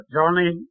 Johnny